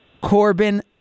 Corbin